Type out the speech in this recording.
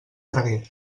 tragué